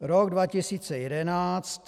Rok 2011.